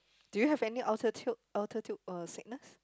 do you have any altitude altitude uh sickness